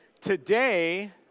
Today